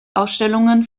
ausstellungen